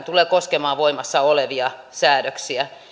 tulee koskemaan voimassa olevia säädöksiä